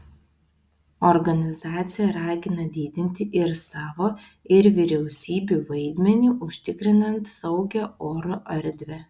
organizacija ragina didinti ir savo ir vyriausybių vaidmenį užtikrinant saugią oro erdvę